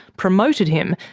promoted him,